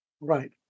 Right